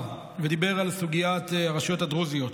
ודיבר על סוגיית הרשויות הדרוזיות.